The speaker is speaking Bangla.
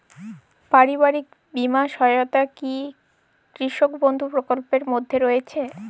পারিবারিক বীমা সহায়তা কি কৃষক বন্ধু প্রকল্পের মধ্যে রয়েছে?